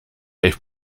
heeft